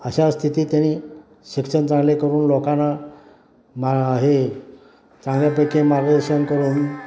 अशा स्थितीत त्यांनी शिक्षण चांगले करून लोकांना मा हे चांगल्यापैकी मार्गदर्शन करून